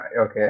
okay